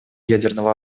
ядерного